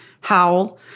howl